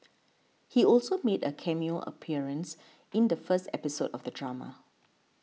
he also made a cameo appearance in the first episode of the drama